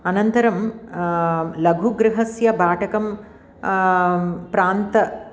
अनन्तरं लघुगृहस्य भाटकं प्रान्ते